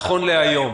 נכון להיום,